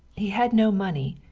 he had no money,